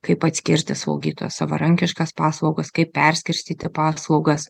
kaip atskirstys slaugytojos savarankiškas paslaugas kaip perskirstyti paslaugas